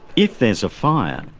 if there's a fire,